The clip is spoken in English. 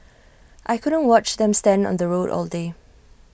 I couldn't watch them stand on the road all day